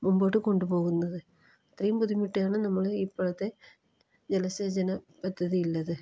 മുമ്പോട്ട് കൊണ്ട് പോകുന്നത് ഇത്രയും ബുദ്ധിമുട്ടിയാണ് നമ്മൾ ഇപ്പോഴത്തെ ജലസേചന പദ്ധതി ഉള്ളത്